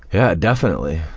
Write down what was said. yeah, definitely.